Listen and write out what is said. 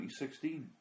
2016